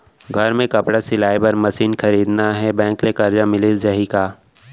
घर मे कपड़ा सिलाई बार मशीन खरीदना हे बैंक ले करजा मिलिस जाही का?